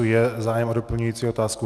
Je zájem o doplňující otázku?